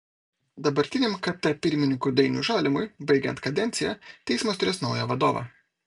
dabartiniam kt pirmininkui dainiui žalimui baigiant kadenciją teismas turės naują vadovą